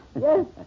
Yes